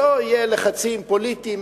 שלא יהיו לחצים פוליטיים,